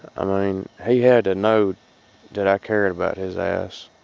i mean, he had to know that i cared about his ass.